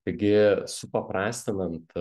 taigi supaprastinant